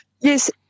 Yes